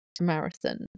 marathon